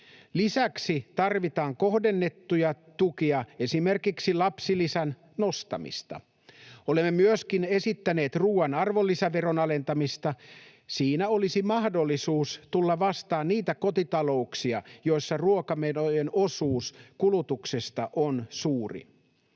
Lisäksi tarvitaan kohdennettuja tukia, esimerkiksi lapsilisän nostamista. Olemme myöskin esittäneet ruuan arvonlisäveron alentamista. Siinä olisi mahdollisuus tulla vastaan niitä kotitalouksia, joissa ruokamenojen osuus kulutuksesta on suuri.